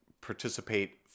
participate